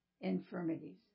infirmities